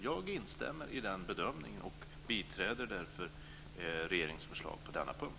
Jag instämmer i den bedömningen och biträder därför regeringens förslag på denna punkt.